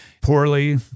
poorly